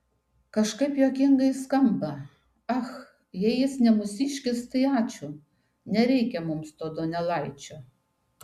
kažkaip juokingai skamba ach jei jis ne mūsiškis tai ačiū nereikia mums to donelaičio